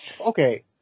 okay